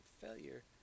failure